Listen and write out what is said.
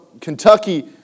Kentucky